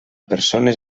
persones